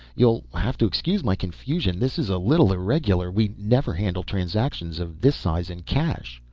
you'll have to excuse my confusion, this is a little irregular. we never handle transactions of this size in cash.